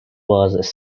was